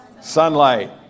sunlight